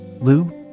Lube